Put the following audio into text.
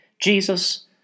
Jesus